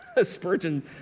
Spurgeon